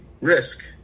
risk